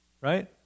right